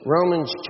Romans